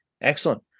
excellent